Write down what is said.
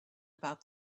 about